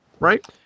Right